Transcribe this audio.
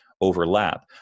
overlap